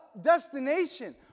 destination